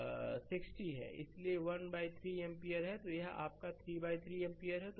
इसलिए यह 13 एम्पियर है तो यह है कि आप 33 एम्पियर हैं